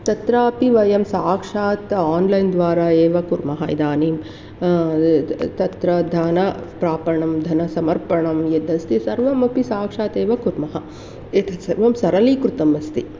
तत्रापि वयं साक्षात् आन्लैन्द्वारा एव कुर्मः इदानीं तत्र धनप्रापणं धनसमर्पणं यदस्ति सर्वमपि साक्षात् एव कुर्मः एतत् सर्वं सरलीकृतम् अस्ति